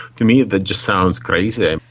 to me that just sounds crazy.